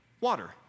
water